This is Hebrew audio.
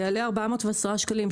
זה יעלה 410 שקלים,